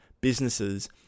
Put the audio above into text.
businesses